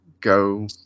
go